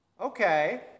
Okay